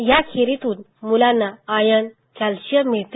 या खिरीतून मुलांना आयर्न कॅल्शियम मिळते